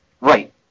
Right